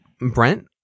Brent